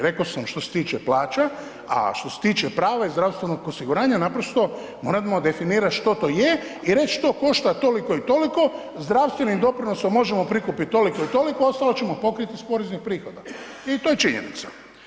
Rekao sam što se tiče plaća, a što se tiče prava iz zdravstvenog osiguranja moramo definirati što to je i reći to košta toliko i toliko, zdravstvenim doprinosom možemo prikupiti toliko i toliko, ostalo ćemo pokriti iz poreznih prihoda i to je činjenica.